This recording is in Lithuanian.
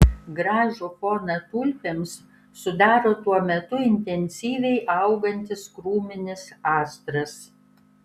gražų foną tulpėms sudaro tuo metu intensyviai augantis krūminis astras